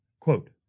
quote